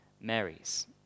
Marys